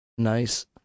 Nice